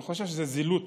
אני חושב שזו זילות